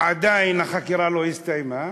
שעדיין החקירה לא הסתיימה,